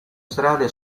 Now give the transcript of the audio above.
strade